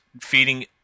feeding